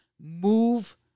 Move